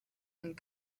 and